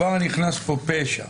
כבר נכנס פה פשע.